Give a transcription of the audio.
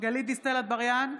גלית דיסטל אטבריאן,